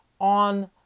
on